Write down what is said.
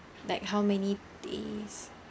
like how many days